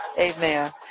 Amen